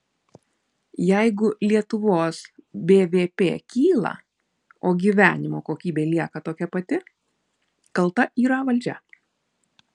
jeigu lietuvos bvp kyla o gyvenimo kokybė lieka tokia pati kalta yra valdžia